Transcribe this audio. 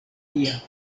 tia